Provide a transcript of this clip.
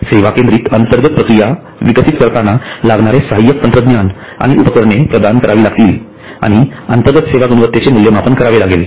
सेवाकेंद्रित अंतर्गत प्रक्रिया विकसित करताना लागणारे सहाय्यक तंत्रज्ञान आणि उपकरणे प्रदान करावी लागतील आणि अंतर्गत सेवा गुणवत्तेचे मूल्यमापन करावे लागेल